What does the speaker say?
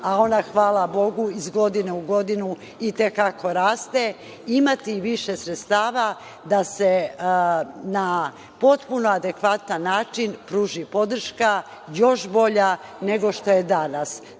a ona hvala Bogu, iz godinu u godinu i te kako raste, imati više sredstava da se na potpuno adekvatan način pruži podrška još bolja nego što je danas,